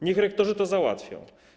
Niech rektorzy to załatwią.